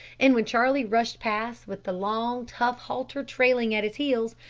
and when charlie rushed past with the long tough halter trailing at his heels,